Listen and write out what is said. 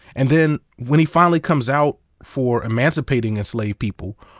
and then, when he finally comes out for emancipating enslaved people,